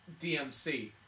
DMC